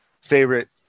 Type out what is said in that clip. favorite